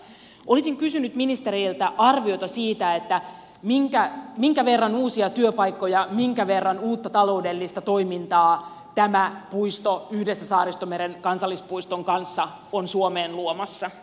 olisin kysynyt ministeriltä arviota siitä minkä verran uusia työpaikkoja minkä verran uutta taloudellista toimintaa tämä puisto yhdessä saaristomeren kansallispuiston kanssa on suomeen luomassa